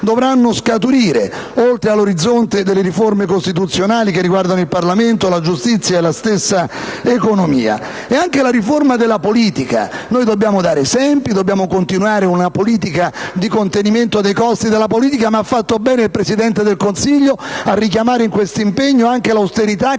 dovranno scaturire, oltre all'orizzonte delle riforme costituzionali che riguardano il Parlamento, la giustizia e la stessa economia. Cito anche la riforma della politica. Noi dobbiamo dare esempi. Dobbiamo continuare una politica di contenimento dei costi della politica. Ma ha fatto bene il Presidente del Consiglio a richiamare in questo impegno anche l'austerità che